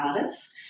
artists